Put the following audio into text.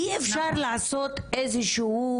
אי אפשר לעשות איזושהי